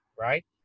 right